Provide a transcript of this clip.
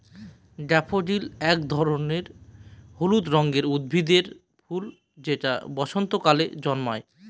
daffodil এক ধরনের হলুদ রঙের উদ্ভিদের ফুল যেটা বসন্তকালে জন্মায়